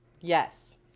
yes